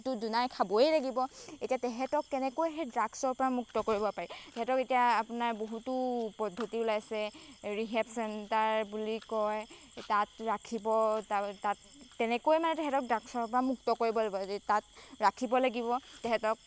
তো দোনাই খাবই লাগিব এতিয়া তেহেঁতক কেনেকৈ সেই ড্ৰাগছৰ পৰা মুক্ত কৰিব পাৰি তেহেঁতক এতিয়া আপোনাৰ বহুতো পদ্ধতি ওলাইছে ৰিহেব চেণ্টাৰ বুলি কয় তাত ৰাখিব তাৰ তাত তেনেকৈ মানে তেহেঁতক ড্ৰাগছৰ পৰা মুক্ত কৰিব লাগিব যদি তাত ৰাখিব লাগিব তেহেঁতক